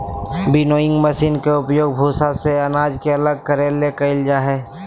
winnowing machine के उपयोग भूसा से अनाज के अलग करे लगी कईल जा हइ